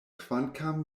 kvankam